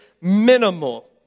minimal